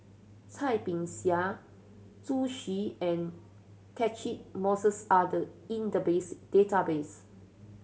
Cai Bixia Zhu Xu and Catchick Moses are the in the base database